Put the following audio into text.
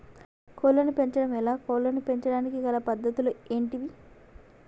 కోళ్లను పెంచడం ఎలా, కోళ్లను పెంచడానికి గల పద్ధతులు ఏంటివి?